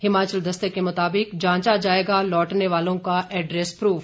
हिमाचल दस्तक के मुताबिक जांचा जाएगा लौटने वालों का एड्रेस प्रूफ